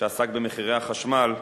שעסק במחירי החשמל,